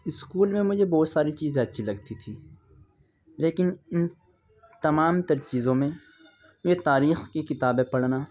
school میں مجھے بہت ساری چیزیں اچّھی لگتی تھی لیکن ان تمام تر چیزوں میں ایک تاریخ کی کتابیں پڑھنا